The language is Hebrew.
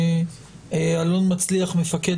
אל"מ אלון מצליח מפקד